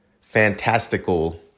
fantastical